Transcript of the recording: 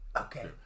Okay